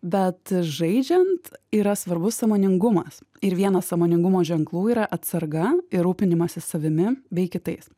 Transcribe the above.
bet žaidžiant yra svarbus sąmoningumas ir vienas sąmoningumo ženklų yra atsarga ir rūpinimasis savimi bei kitais